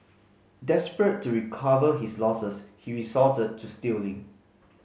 desperate to recover his losses he resorted to stealing